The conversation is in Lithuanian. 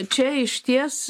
čia išties